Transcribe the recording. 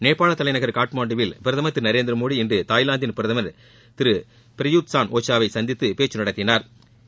நேபாள தலைநகர் காட்மாண்டுவில் பிரதமர் திரு நரேந்திரமோடி இன்று தாய்லாந்தின் பிரதமர் திரு பிரயூத் சான் ஒச்சாவை சந்தித்து பேச்சு நடத்தினாா்